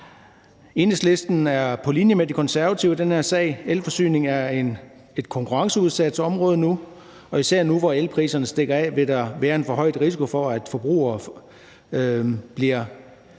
Enhedslisten er på linje med De Konservative i den her sag. Elforsyning er et konkurrenceudsat område nu, og især nu, hvor elpriserne stikker af, vil der være en forhøjet risiko for, at forbrugere bliver